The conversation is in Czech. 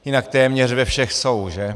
Jinak téměř ve všech jsou, že?